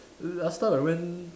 last time I went